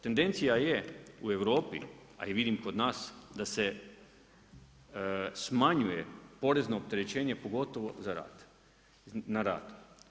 Tendencija je u Europi, a i vidim kod nas da se smanjuje porezno opterećenje pogotovo na rad.